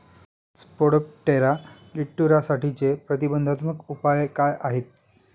Spodoptera लिट्युरासाठीचे प्रतिबंधात्मक उपाय काय आहेत?